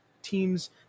teams